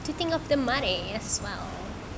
to think of the money as well